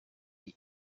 iyo